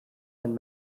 and